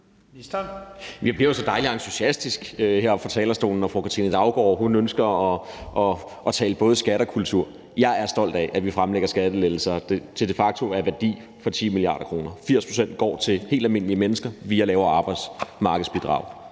Jeg bliver så dejlig entusiastisk heroppe fra talerstolen, når fru Katrine Daugaard ønsker at tale både skat og kultur. Jeg er stolt af, at vi fremlægger skattelettelser for de facto en værdi af 10 mia. kr. 80 pct. går til helt almindelige mennesker via lavere arbejdsmarkedsbidrag.